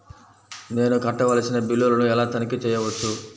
నేను కట్టవలసిన బిల్లులను ఎలా తనిఖీ చెయ్యవచ్చు?